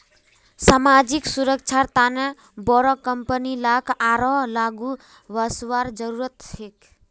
सामाजिक सुरक्षार तने बोरो कंपनी लाक आरोह आघु वसवार जरूरत छेक